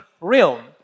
realm